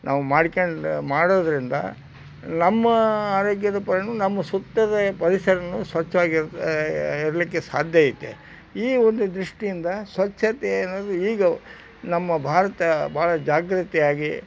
ನಾವು ಮಾಡ್ಕ್ಯಂಡು ಮಾಡೋದರಿಂದ ನಮ್ಮ ಆರೋಗ್ಯದ ಪರಿಣಾಮ ನಮ್ಮ ಸುತ್ತದ ಪರಿಸರನೂ ಸ್ವಚ್ಛವಾಗಿರ್ ಇರಲಿಕ್ಕೆ ಸಾಧ್ಯ ಐತೆ ಈ ಒಂದು ದೃಷ್ಟಿಯಿಂದ ಸ್ವಚ್ಛತೆ ಅನ್ನೋದು ಈಗ ನಮ್ಮ ಭಾರತ ಭಾಳ ಜಾಗ್ರತೆಯಾಗಿ